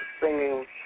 singing